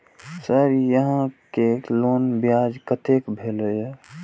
Sir यहां के loan ब्याज कतेक भेलेय?